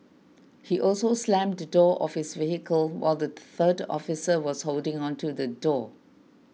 he also slammed the door of his vehicle while the third officer was holding onto the door